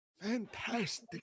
Fantastic